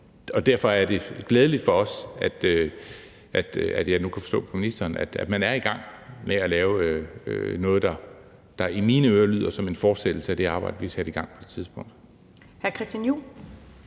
jeg nu forstå på ministeren, er i gang med at lave noget, der i mine ører lyder som en fortsættelse af det arbejde, vi satte i gang på et tidspunkt.